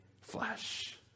flesh